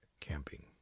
Camping